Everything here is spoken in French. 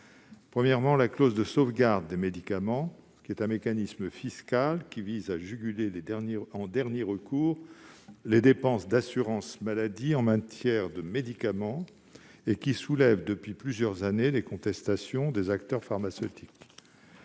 Premièrement : la clause de sauvegarde des médicaments. Il s'agit d'un mécanisme fiscal qui vise à juguler en dernier recours les dépenses d'assurance maladie en matière de médicaments et qui soulève depuis plusieurs années les contestations des acteurs pharmaceutiques.